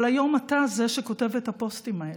אבל היום אתה זה שכותב את הפוסטים האלה,